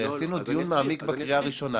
הרי עשינו דיון מעמיק בקריאה הראשונה.